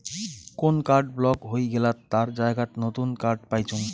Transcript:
কোন card block হই গেলাত তার জায়গাত নতুন কার্ড পাইচুঙ